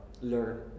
learn